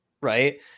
right